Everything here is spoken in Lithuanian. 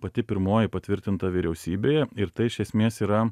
pati pirmoji patvirtinta vyriausybėje ir tai iš esmės yra